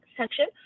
section